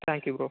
thank you bro